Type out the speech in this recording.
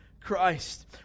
Christ